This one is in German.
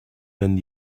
wenn